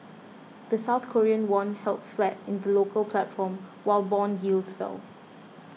the South Korean won held flat in the local platform while bond yields fell